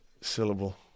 syllable